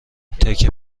تکه